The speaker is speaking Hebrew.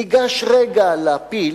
ניגש רגע לפיל,